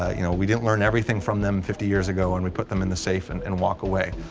ah you know, we didn't learn everything from them fifty years ago when we put them in the safe and and walk away.